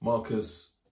Marcus